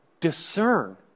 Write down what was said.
discern